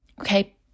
Okay